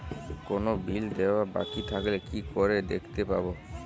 কোনো বিল দেওয়া বাকী থাকলে কি করে দেখতে পাবো?